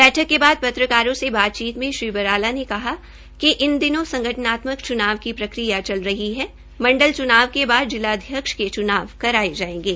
बैठक के बाद पत्रकारों से बातचीत मे श्रीबराला ने कहा कि इन दिनों संगठनात्मक च्नाव की प्रक्रिया चल रही है मंडल च्नाव के बाद जिलाध्यक्ष के च्नाव करायेंगे